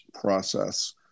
process